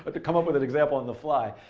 but could come up with an example on the fly.